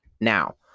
Now